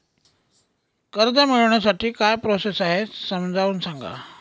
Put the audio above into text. कर्ज मिळविण्यासाठी काय प्रोसेस आहे समजावून सांगा